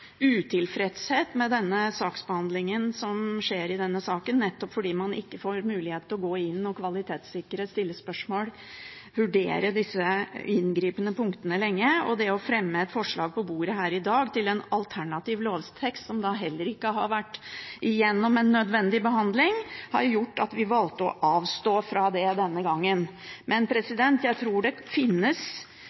utilfredshet med saksbehandlingen i denne saken nettopp fordi man ikke får mulighet til å gå inn og kvalitetssikre og stille spørsmål eller vurdere disse inngripende punktene lenge. Det å fremme et forslag over bordet her i dag til en alternativ lovtekst som heller ikke har vært igjennom en nødvendig behandling, har gjort at vi valgte å avstå fra det denne gangen. Men jeg tror det finnes